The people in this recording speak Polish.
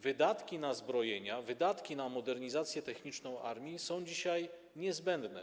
Wydatki na zbrojenia, wydatki na modernizację techniczną armii są dzisiaj niezbędne.